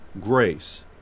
grace